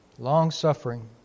Long-suffering